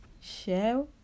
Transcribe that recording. Share